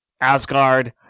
asgard